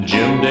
Jim